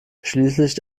schließlich